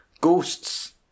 ghosts